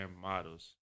models